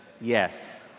Yes